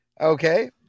okay